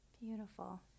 Beautiful